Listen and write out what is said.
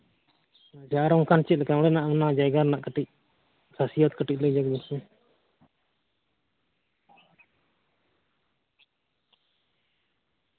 ᱡᱟᱦᱟᱸ ᱨᱮ ᱚᱱᱠᱟᱱ ᱪᱮᱫᱞᱮᱠᱟ ᱚᱱᱟ ᱡᱟᱭᱜᱟ ᱨᱮᱱᱟᱜ ᱠᱟᱹᱴᱤᱡ ᱠᱷᱟᱹᱥᱤᱭᱟᱛ ᱠᱟᱹᱴᱤᱡ ᱞᱟᱹᱭ ᱧᱚᱜᱽ ᱢᱮᱥᱮ